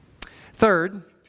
Third